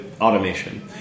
automation